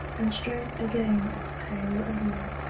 and straight againe as pale as lead,